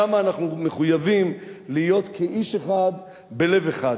כמה אנחנו מחויבים להיות כאיש אחד בלב אחד.